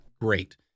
great